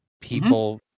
people